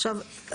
עכשיו,